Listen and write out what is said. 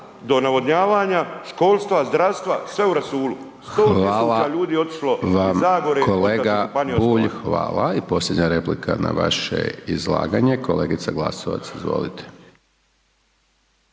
Hvala vam kolega Bulj, hvala, i posljednja replika na vaše izlaganje, kolegica Glasovac, izvolite.